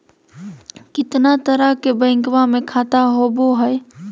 कितना तरह के बैंकवा में खाता होव हई?